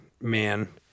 man